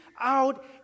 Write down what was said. out